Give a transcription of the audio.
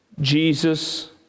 Jesus